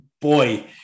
Boy